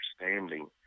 understanding